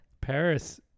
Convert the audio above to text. paris